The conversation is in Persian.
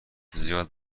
زیاد